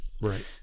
Right